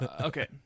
Okay